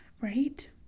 right